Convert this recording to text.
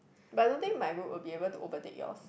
but I don't think my group will be able to overtake yours